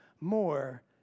more